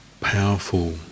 powerful